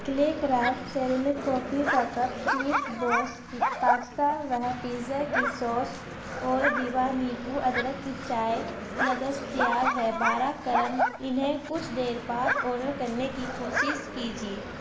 clay craft کافی کا cup cheese بوس pasta وہ پیتزا کی سوس اور دیبھا نیبو ادرک کی چائے نہ دستیاب ہے بارہ کرم انہیں کچھ دیر بعد آڈر کرنے کی کوشش کیجیے